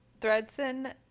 Thredson